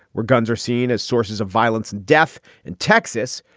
where guns are seen as sources of violence, death in texas,